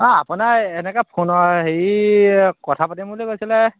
অঁ আপোনাৰ এনেকৈ ফোনৰ হেৰি কথা পাতিম বুলি কৈছিলে